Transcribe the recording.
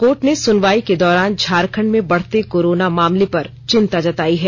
court ने सुनवाई के दौरान झारखंड में बढ़ते कोरोना मामले पर चिंता जतायी हैं